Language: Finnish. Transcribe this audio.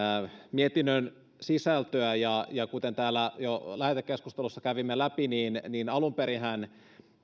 mietinnön sisältöä kuten täällä jo lähetekeskustelussa kävimme läpi alun perinhän